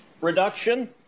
reduction